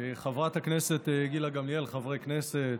חברת הכנסת גילה גמליאל, חברי כנסת,